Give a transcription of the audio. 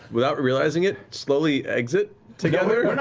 without realizing it, slowly exit together.